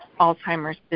Alzheimer's